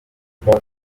biba